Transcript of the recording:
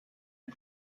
ein